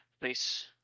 please